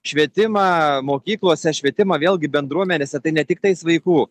švietimą mokyklose švietimą vėlgi bendruomenėse tai ne tik tais vaikų